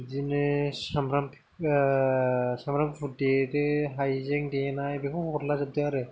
बिदिनो सामब्राम ओ सामब्राम गुफुर देदो हाइजें देनाय बेखौ हरला जोबदो आरो